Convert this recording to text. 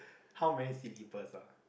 how many seat give us lah